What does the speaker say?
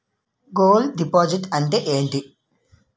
Gold deposit అంతే ఎంటి?